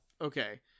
Okay